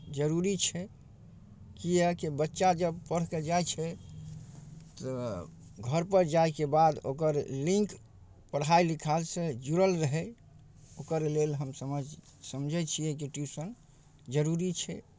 जरूरी छै किएकि बच्चासभ जब पढ़ि कऽ जाइ छै तऽ घरपर जायके बाद ओकर लिंक पढ़ाइ लिखाइसँ जुड़ल रहै ओकर लेल हम समझ समझै छियै जे ट्यूशन जरूरी छै